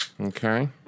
Okay